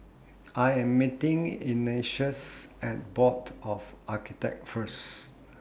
I Am meeting Ignatius At Board of Architects First